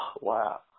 wow